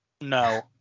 No